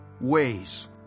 ways